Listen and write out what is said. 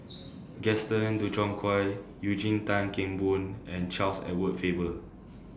Gaston end Dutronquoy Eugene Tan Kheng Boon and Charles Edward Faber